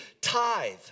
Tithe